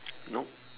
nope